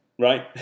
right